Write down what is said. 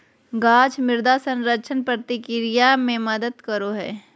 गाछ मृदा संरक्षण प्रक्रिया मे मदद करो हय